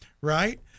right